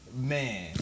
man